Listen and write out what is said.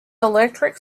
electric